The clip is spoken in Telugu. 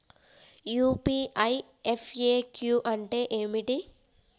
యూ.పీ.ఐ ఎఫ్.ఎ.క్యూ అంటే ఏమిటి?